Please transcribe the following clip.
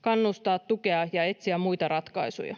kannustaa, tukea ja etsiä muita ratkaisuja,